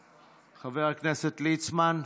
חבר הכנסת טאהא, חבר הכנסת ליצמן.